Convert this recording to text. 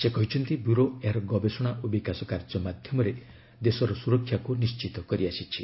ସେ କହିଛନ୍ତି ବ୍ୟୁରୋ ଏହାର ଗବେଷଣା ଓ ବିକାଶ କାର୍ଯ୍ୟ ମଧ୍ୟମରେ ଦେଶର ସୁରକ୍ଷାକୁ ନିଶ୍ଚିତ କରିଆସିଛି